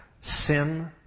sin